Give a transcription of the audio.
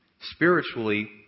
Spiritually